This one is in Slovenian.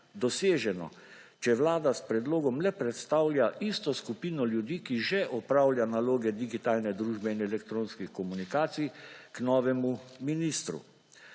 doseženo, če Vlada s predlogom le predstavlja isto skupino ljudi, ki že opravlja naloge digitalne družbe in elektronskih komunikacij k novemu ministru.